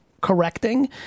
correcting